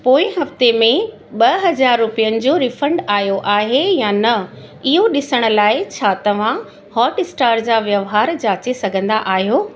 पोइ हफ़्ते में ॿ हज़ार रुपयनि जो रीफंड आहियो आहे या न इहो ॾिसण लाइ छा तव्हां हॉटस्टार जा वहिंवारु जाचे सघंदा आहियो